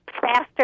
faster